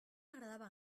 agradava